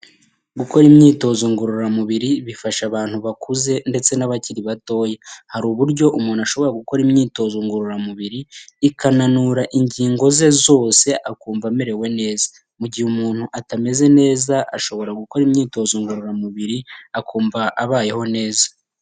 Gukora imyitozo ngororamubiri, bifasha abantu bakuze ndetse n'abakiri batoya, hari uburyo umuntu ashobora gukora imyitozo ngororamubiri, ikananura ingingo ze zose akumva amerewe neza, mu gihe umuntu atameze neza ashobora gukora imyitozo ngororamubiri akumva abayeho neza.